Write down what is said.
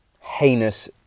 heinous